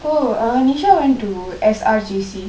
oh nisha went to S_R_J_C